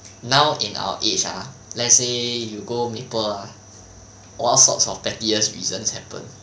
now in our age ah let's say you maple ah all sorts of pettiest reasons happen